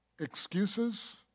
Excuses